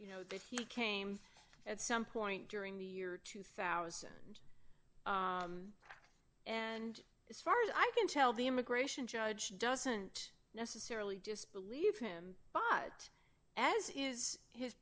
you know that he came at some point during the year two thousand and as far as i can tell the immigration judge doesn't necessarily just believe him but as is his